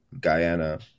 Guyana